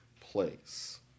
place